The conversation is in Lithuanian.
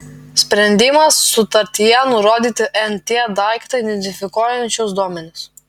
sprendimas sutartyje nurodyti nt daiktą identifikuojančius duomenis